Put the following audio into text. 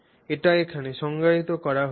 এটি এখানে সংজ্ঞায়িত করা হয়েছে